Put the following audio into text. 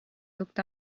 looked